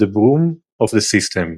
"The Broom of the System".